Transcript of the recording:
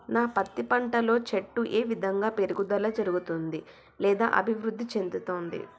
నా పత్తి పంట లో చెట్టు ఏ విధంగా పెరుగుదల జరుగుతుంది లేదా అభివృద్ధి చెందుతుంది?